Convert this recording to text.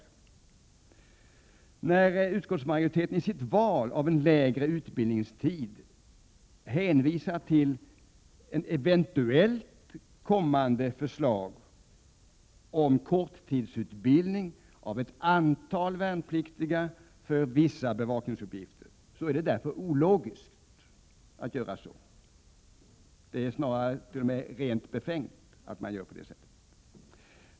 Det är ologiskt av utskottsmajoriteten vid sitt val av en kortare utbildningstid att hänvisa till ett eventuellt kommande förslag om korttidsutbildning av ett antal värnpliktiga för vissa bevakningsuppgifter. Det är rent befängt att göra på det sättet!